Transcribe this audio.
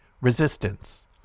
Resistance